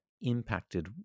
impacted